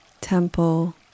temple